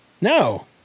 No